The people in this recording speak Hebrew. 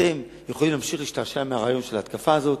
אתם יכולים להמשיך להשתעשע עם הרעיון של ההתקפה הזאת,